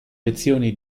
lezioni